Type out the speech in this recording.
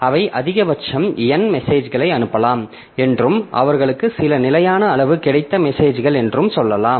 அவை அதிகபட்சம் n மெசேஜ்களை அனுப்பலாம் என்றும் அவர்களுக்கு சில நிலையான அளவு கிடைத்த மெசேஜ்கள் என்றும் சொல்லலாம்